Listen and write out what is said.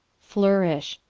flourish.